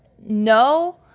no